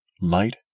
Light